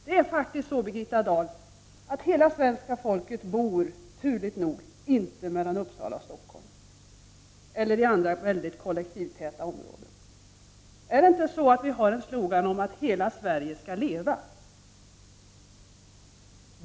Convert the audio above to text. Det är faktiskt så, Birgitta Dahl, att hela svenska folket, turligt nog, inte bor mellan Uppsala och Stockholm eller i andra väldigt kollektivtrafiktäta områden. Har vi inte en slogan om att hela Sverige skall leva?